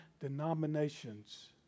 denominations